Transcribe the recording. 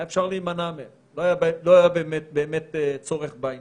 והיה אפשר להימנע מהם, לא היה באמת צורך בעניין,